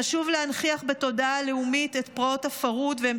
חשוב להנכיח בתודעה הלאומית את פרעות הפרהוד ואת